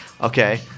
Okay